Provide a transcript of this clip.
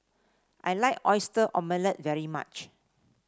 I like Oyster Omelette very much